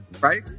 Right